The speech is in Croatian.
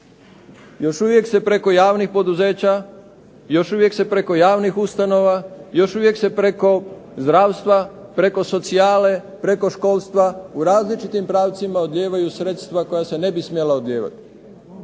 Još uvijek se preko javnih poduzeća, još uvijek se preko javnih ustanova, još uvijek se preko zdravstva, preko socijale, preko školstva u različitim pravcima odljevaju sredstva koja se ne bi smjela odljevati.